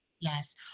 Yes